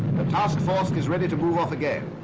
the task force is ready to move off again.